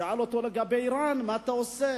שאל אותו לגבי אירן: מה אתה עושה?